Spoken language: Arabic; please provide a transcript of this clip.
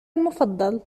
المفضل